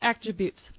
attributes